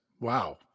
Wow